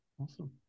awesome